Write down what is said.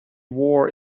war